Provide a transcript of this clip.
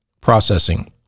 processing